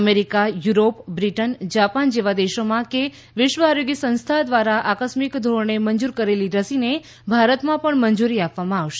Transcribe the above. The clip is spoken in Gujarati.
અમેરિકા યરોપ બ્રિટન જાપાન જેવા દેશોમાં કે વિશ્વ આરોગ્ય સંસ્થા દ્વારા આકસ્મિક ધોરણે મંજૂર કરેલી રસીને ભારતમાં પણ મંજૂરી આપવામાં આવશે